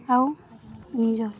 ଆଉ ନିଜ